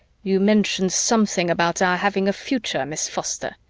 you mentioned something about our having a future, miss foster.